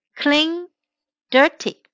clean,dirty